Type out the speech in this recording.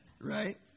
Right